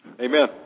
Amen